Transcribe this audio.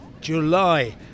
July